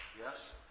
Yes